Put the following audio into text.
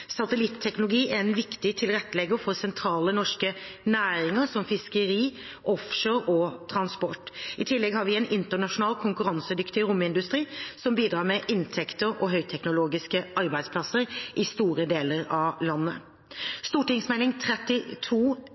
Satelitteknologi er en viktig tilrettelegger for sentrale norske næringer som fiskeri, offshore og transport. I tillegg har vi en internasjonal, konkurransedyktig romindustri, som bidrar med inntekter og høyteknologiske arbeidsplasser i store deler av landet. Meld. St. 32